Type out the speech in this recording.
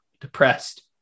depressed